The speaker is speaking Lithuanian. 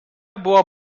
buvo